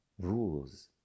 rules